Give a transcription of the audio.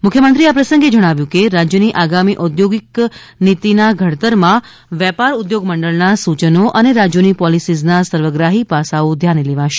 મુખ્યમંત્રીએ આ પ્રસંગે જણાવ્યુ હતુ કે રાજ્યની આગામી ઉદ્યોગ નીતીના ઘડતરમાં વેપાર ઉદ્યોગમંડળના સૂચનો અને રાજ્યોની પોલીસીઝના સર્વગ્રાહી પાસાઓ ધ્યાને લેવાશે